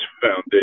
Foundation